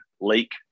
lake